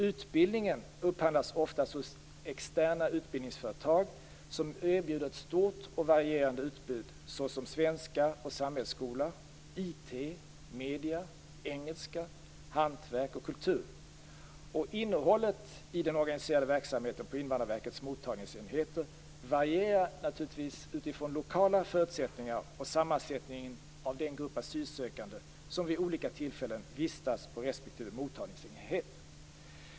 Utbildningen upphandlas ofta hos externa utbildningsföretag som erbjuder ett stort och varierande utbud - svenska och samhällsskola, IT, medier, engelska, hantverk och kultur. Innehållet i den organiserade verksamheten på Invandrarverkets mottagningsenheter varierar naturligtvis utifrån lokala förutsättningar och sammansättningen av den grupp asylsökande som vid olika tillfällen vistas på respektive mottagningsenhet.